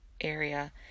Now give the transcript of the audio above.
area